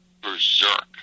berserk